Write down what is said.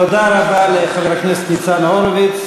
תודה רבה לחבר הכנסת ניצן הורוביץ.